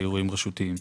לא באירועים רשותיים.